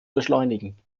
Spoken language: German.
beschleunigen